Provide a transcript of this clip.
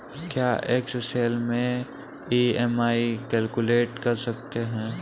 क्या एक्सेल में EMI calculate कर सकते हैं?